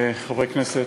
חברי כנסת,